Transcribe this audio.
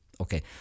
Okay